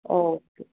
okay